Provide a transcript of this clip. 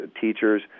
teachers